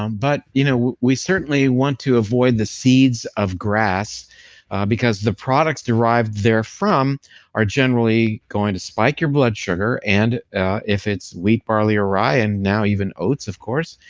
um but you know we certainly want to avoid the seeds of grass because the products derived therefrom are generally going to spike your blood sugar and if it's wheat, barley, or rye, and now even oats of course,